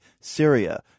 Syria